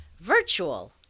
virtual